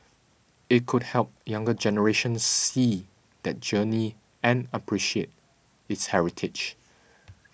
it could help younger generations see that journey and appreciate its heritage